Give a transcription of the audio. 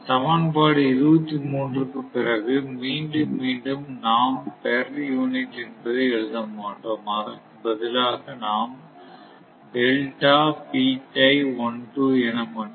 சமன்பாடு 23 க்கு பிறகு மீண்டும் மீண்டும் நாம் பெர் யூனிட் என்பதை எழுத மாட்டோம் அதற்கு பதிலாக நாம்என மட்டுமே எழுதுவோம்